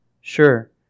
Sure